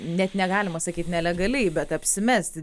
net negalima sakyt nelegaliai bet apsimesti